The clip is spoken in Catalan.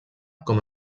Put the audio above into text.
com